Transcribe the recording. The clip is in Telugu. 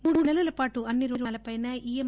మూడు నెలల పాటు అన్ని రుణాలపైనా ఈఎం